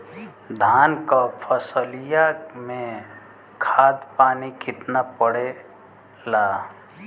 धान क फसलिया मे खाद पानी कितना पड़े ला?